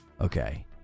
okay